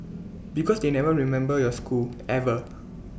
because they never remember your school ever